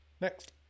Next